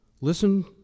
Listen